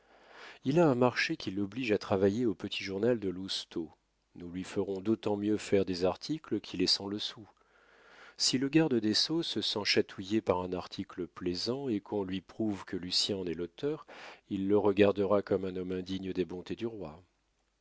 il a un marché qui l'oblige à travailler au petit journal de lousteau nous lui ferons d'autant mieux faire des articles qu'il est sans le sou si le garde des sceaux se sent chatouillé par un article plaisant et qu'on lui prouve que lucien en est l'auteur il le regardera comme un homme indigne des bontés du roi